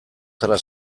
zara